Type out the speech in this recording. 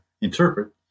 interpret